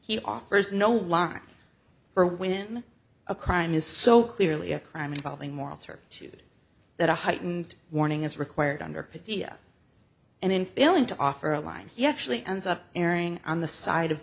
he offers no line for when a crime is so clearly a crime involving moral turpitude that a heightened warning is required under patea and in failing to offer a line he actually ends up erring on the side of